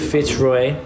Fitzroy